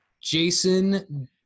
jason